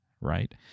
right